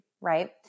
right